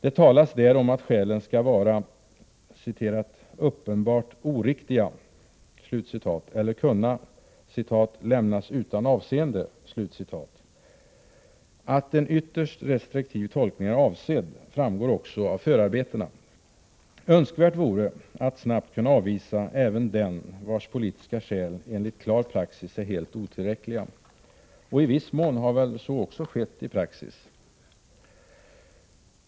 Det talas där om att skälen skall vara ”uppenbart oriktiga” eller kunna ”lämnas utan avseende”. Att en ytterst restriktiv tolkning är avsedd framgår också av förarbetena. Önskvärt vore att snabbt kunna avvisa även den vars politiska skäl enligt klar praxis är helt otillräckliga. I viss mån har så också skett i praxis.